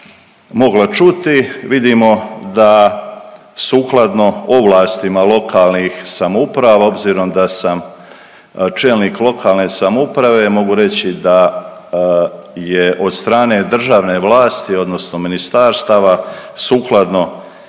mogla čuti vidimo da sukladno ovlastima lokalnih samouprava obzirom da sam čelnik lokalne samouprave mogu reći da je od strane državne vlasti odnosno ministarstava sukladno